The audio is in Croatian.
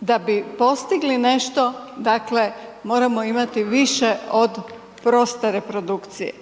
da bi postigli nešto dakle moramo imati više od proste reprodukcije.